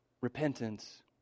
Repentance